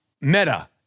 Meta